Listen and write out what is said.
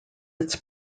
its